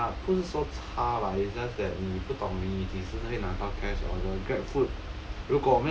food panda 不是说差啦 it's just that 你不懂你几时回拿到 cash order GrabFood